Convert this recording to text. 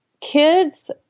Kids